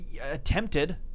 Attempted